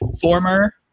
former